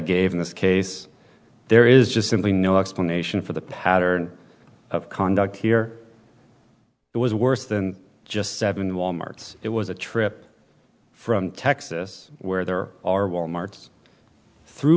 gave in this case there is just simply no explanation for the pattern of conduct here it was worse than just seven wal mart's it was a trip from texas where there are wal mart's through